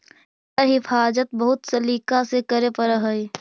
एकर हिफाज़त बहुत सलीका से करे पड़ऽ हइ